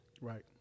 Right